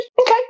Okay